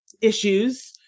issues